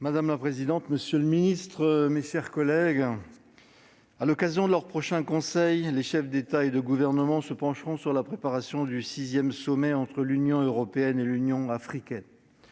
Madame la présidente, monsieur le secrétaire d'État, mes chers collègues, à l'occasion de la prochaine réunion du Conseil européen, les chefs d'État et de gouvernement se pencheront sur la préparation du sixième sommet entre l'Union européenne et l'Union africaine.